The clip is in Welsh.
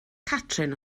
catrin